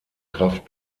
kraft